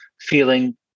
feeling